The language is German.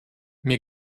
mir